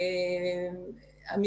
אם